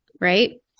right